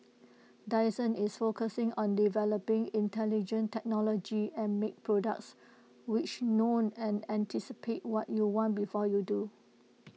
Dyson is focusing on developing intelligent technology and make products which know and anticipate what you want before you do